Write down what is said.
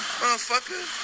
motherfucker